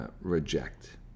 reject